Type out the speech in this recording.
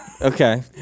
Okay